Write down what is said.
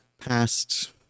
past